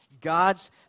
God's